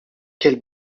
quel